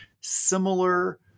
similar